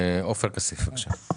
עופר כסיף, בבקשה.